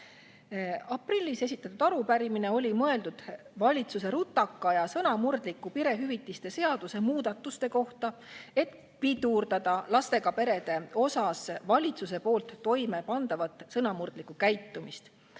Aprillis esitatud arupärimine oli mõeldud valitsuse rutakate ja sõnamurdlike perehüvitiste seaduse muudatuste kohta, et pidurdada lastega perede osas valitsuse poolt toime pandavat sõnamurdlikku käitumist.